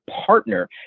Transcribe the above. partner